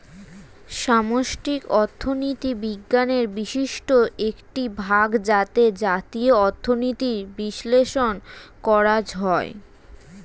সামষ্টিক অর্থনীতি বিজ্ঞানের বিশিষ্ট একটি ভাগ যাতে জাতীয় অর্থনীতির বিশ্লেষণ করা হয়